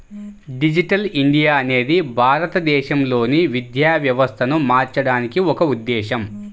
digital India అనేది భారతదేశంలోని విద్యా వ్యవస్థను మార్చడానికి ఒక ఉద్ధేశం